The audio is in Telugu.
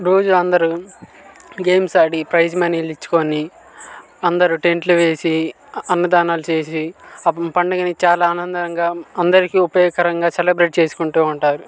రోజూ అందరూ గేమ్స్ ఆడి ప్రైస్ మనీలు ఇచ్చుకోని అందరూ టెంట్లు వేసి అన్నదానాలు చేసి అప్పుడు పండుగను చాల ఆనందంగా అందరికీ ఉపయోగకరంగా సెలబ్రేట్ చేసుకుంటూ ఉంటారు